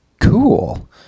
Cool